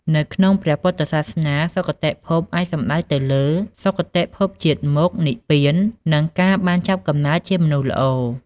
នៅក្នុងព្រះពុទ្ធសាសនា សុគតិភពអាចសំដៅទៅលើ៖ សុគតិភពជាតិមុខ និព្វាន និងការបានចាប់កំណើតជាមនុស្សល្អ ។